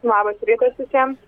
labas rytas visiems